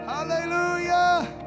Hallelujah